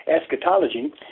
eschatology